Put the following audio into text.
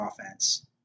offense